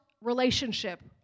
relationship